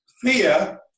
Fear